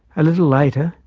a little later,